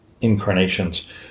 incarnations